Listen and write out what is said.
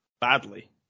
Badly